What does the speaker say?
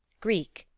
greek,